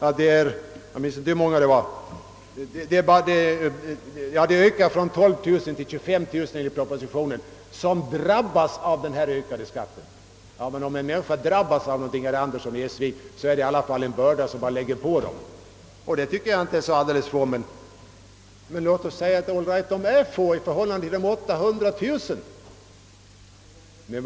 Enligt propositionen finns det 12 000 villor med ett taxeringsvärde över 125 000 kr. men det är 25 000 som drabbas av de skärpta reglerna. Det fåtal som herr Andersson talade om påläggs ändå en ny börda. För övrigt är inte antalet så litet, även om man kan säga att dessa villaägare är få i förhållande till det totala antalet, 800 000.